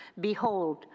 behold